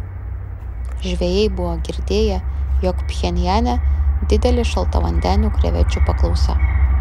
žvejai buvo girdėję jog pchenjane didelė šaltavandenių krevečių paklausa